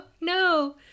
no